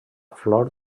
flor